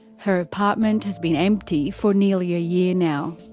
her apartment has been empty for nearly a year now.